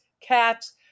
cats